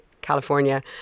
California